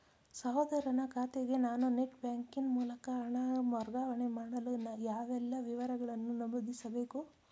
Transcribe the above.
ಸಹೋದರನ ಖಾತೆಗೆ ನಾನು ನೆಟ್ ಬ್ಯಾಂಕಿನ ಮೂಲಕ ಹಣ ವರ್ಗಾವಣೆ ಮಾಡಲು ಯಾವೆಲ್ಲ ವಿವರಗಳನ್ನು ನಮೂದಿಸಬೇಕು?